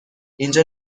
اینجا